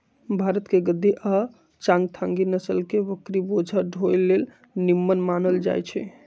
भारतके गद्दी आ चांगथागी नसल के बकरि बोझा ढोय लेल निम्मन मानल जाईछइ